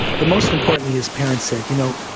but most importantly his parents said, you know,